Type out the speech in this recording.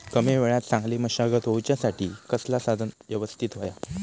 कमी वेळात चांगली मशागत होऊच्यासाठी कसला साधन यवस्तित होया?